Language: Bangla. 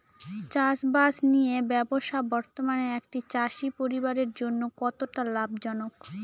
চাষবাষ নিয়ে ব্যবসা বর্তমানে একটি চাষী পরিবারের জন্য কতটা লাভজনক?